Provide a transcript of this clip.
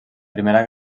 primera